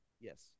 Yes